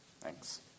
Thanks